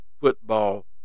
football